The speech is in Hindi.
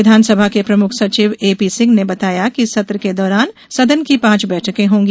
विधानसभा के प्रमुख सचिव एपी सिंह ने बताया कि सत्र के दौरान सदन की पांच बैठकें होंगी